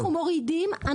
אנחנו מורידים.